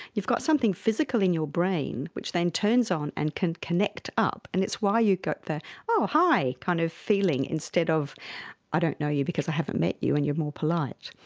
you've got something physical in your brain which then turns on and can connect up. and it's why you've got the oh hi kind of feeling instead of i don't know you because i haven't met you and you're more polite.